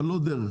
אבל לא דרך.